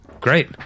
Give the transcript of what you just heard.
great